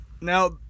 Now